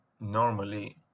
normally